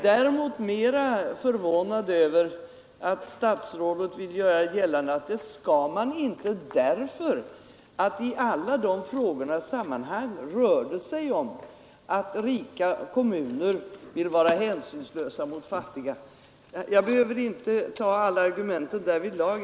Jag är mer förvånad över att statsrådet vill göra gällande att man inte skall göra det därför att det i alla sådana sammanhang rör sig om att rika kommuner vill vara hänsynslösa mot fattiga. Jag behöver inte ta alla argumenten därvidlag.